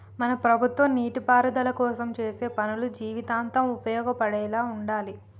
మన ప్రభుత్వం నీటిపారుదల కోసం చేసే పనులు జీవితాంతం ఉపయోగపడేలా ఉండాలి